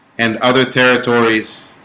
and other territories